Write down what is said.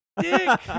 dick